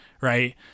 right